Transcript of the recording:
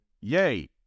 yay